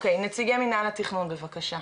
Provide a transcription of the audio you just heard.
או-קיי, נציגי מינהל התכנון בבקשה.